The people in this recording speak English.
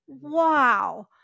wow